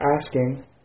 asking